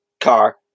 car